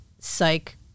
psych